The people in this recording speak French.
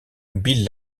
bill